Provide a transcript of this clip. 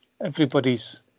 everybody's